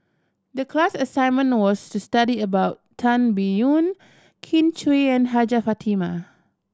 the class assignment was to study about Tan Biyun Kin Chui and Hajjah Fatimah